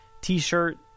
t-shirt